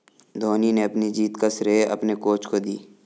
धोनी ने अपनी जीत का श्रेय अपने कोच को दी